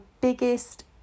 biggest